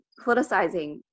politicizing